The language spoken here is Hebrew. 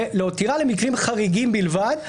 ולהותירה למקרים חריגים בלבד,